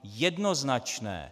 Jednoznačné.